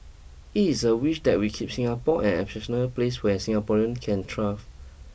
it is a wish that we keep Singapore an exceptional place where Singaporean can thrive